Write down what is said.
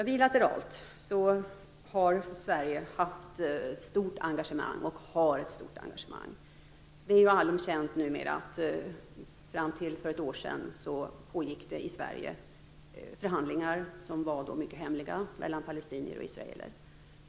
Bilateralt har Sverige haft, och har, ett stort engagemang. Det är numera allmänt känt att det fram till för ett år sedan i Sverige pågick förhandlingar, som var mycket hemliga, mellan palestinier och israeler.